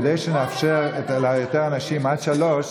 כדי שנאפשר ליותר אנשים עד 15:00,